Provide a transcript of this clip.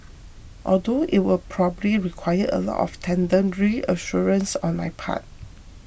although it will probably require a lot of tender reassurances on my part